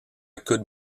could